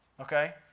okay